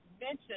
mention